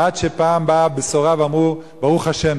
עד שפעם באה בשורה ואמרו: ברוך השם,